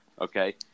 Okay